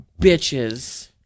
bitches